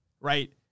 right